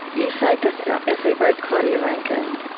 you cite this essay by claudia rankine